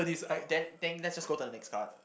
then let's just go to the next card